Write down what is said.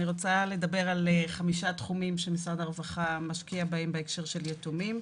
אני רוצה לדבר על חמישה תחומים שמשרד הרווחה משקיע בהם בהקשר של יתומים.